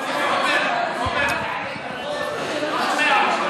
תעלה את הקול.